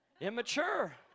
Immature